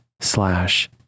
slash